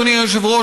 אדוני היושב-ראש,